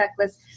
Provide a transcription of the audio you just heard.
checklist